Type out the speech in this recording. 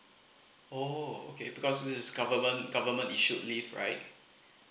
oh okay because this is government government issued leave right